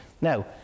Now